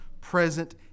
present